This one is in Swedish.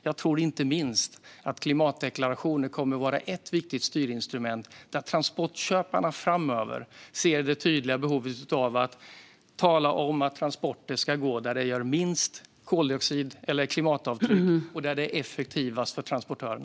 Jag tror att inte minst klimatdeklarationer kommer att vara ett viktigt styrinstrument när transportköparna framöver ser det tydliga behovet av att tala om att transporter ska gå där de gör minst koldioxid eller klimatavtryck och där det är effektivast för transportörerna.